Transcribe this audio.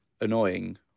annoying